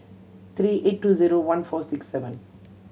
three eight two zero one four six seven